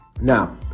Now